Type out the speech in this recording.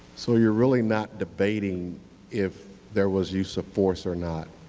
so you are really not debating if there was use of force or not.